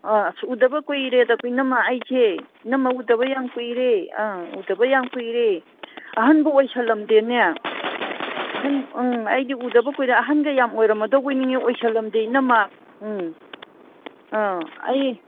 ꯑ ꯑꯁ ꯎꯗꯕ ꯀꯨꯏꯔꯦꯗꯀꯣ ꯏꯅꯝꯃ ꯑꯩꯁꯦ ꯏꯅꯝꯃ ꯎꯗꯕ ꯌꯥꯝ ꯀꯨꯏꯔꯦ ꯑ ꯎꯗꯕ ꯌꯥꯝ ꯀꯨꯏꯔꯦ ꯑꯍꯟꯕꯨ ꯑꯣꯏꯁꯜꯂꯝꯗꯦꯅꯦ ꯑꯍꯟ ꯑꯩꯗꯤ ꯎꯗꯕ ꯀꯨꯏꯔꯦ ꯑꯍꯟꯒ ꯌꯥꯝ ꯑꯣꯏꯔꯝꯃꯗꯧꯕꯣꯏ ꯅꯤꯡꯏ ꯑꯣꯏꯁꯜꯂꯝꯗꯦ ꯏꯅꯝꯃ ꯎꯝ ꯑꯥ ꯑꯩ